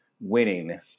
winning